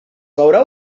veurà